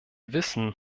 wissen